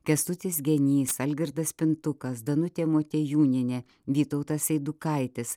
kęstutis genys algirdas pintukas danutė motiejūnienė vytautas eidukaitis